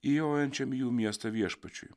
įjojančiam į jų miestą viešpačiui